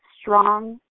strong